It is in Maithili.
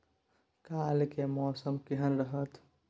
काल के मौसम केहन रहत?